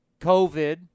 COVID